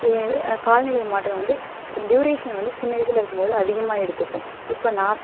காலநிலை மாற்றம் வந்து டுயூரேஷன் வந்து சின்ன வயசில் இருக்கும் போது அதிகமாக எடுத்துக்கும் இப்போ நான்